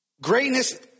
Greatness